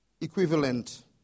equivalent